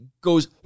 goes